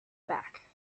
back